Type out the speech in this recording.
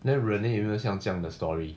then renee 有没有像这样的 story